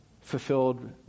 fulfilled